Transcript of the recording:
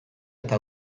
eta